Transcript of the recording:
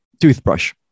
Toothbrush